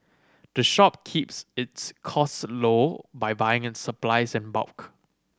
the shop keeps its costs low by buying its supplies in bulk